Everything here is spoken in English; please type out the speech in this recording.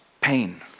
pain